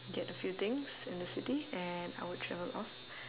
get a few things in the city and I would travel off